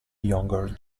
younger